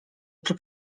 czy